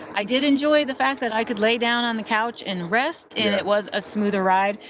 i did enjoy the fact that i could lay down on the couch and rest and it was a smoother ride.